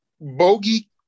bogey